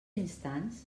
instants